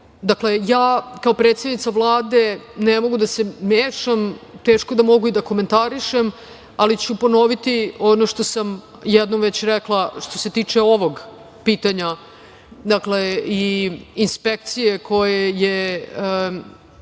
kao predsednica Vlade ne mogu da se mešam, teško da mogu da i komentarišem, ali ću ponoviti ono što sam jednom već rekla, što se tiče ovog pitanja. Inspekcije koje je